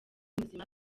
muzima